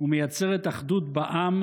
ומייצרת אחדות בעם,